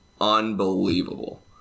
unbelievable